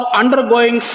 undergoing